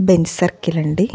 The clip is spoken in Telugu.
బెంజ్ సర్కిల్ అండి